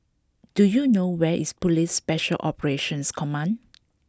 do you know where is Police Special Operations Command